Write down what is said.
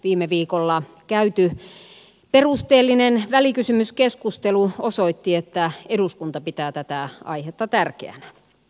viime viikolla käyty perusteellinen välikysymyskeskustelu osoitti että eduskunta pitää aihetta tärkeänä